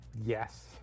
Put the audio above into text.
Yes